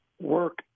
work